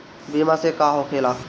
बीमा से का होखेला?